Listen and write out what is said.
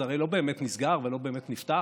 זה הרי לא באמת נסגר ולא באמת נפתח